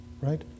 right